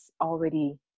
already